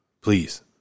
Please